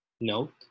note